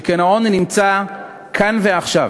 שכן העוני נמצא כאן ועכשיו,